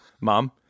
mom